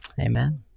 amen